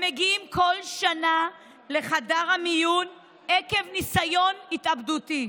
הם מגיעים כל שנה לחדר המיון עקב ניסיון התאבדותי,